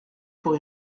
pour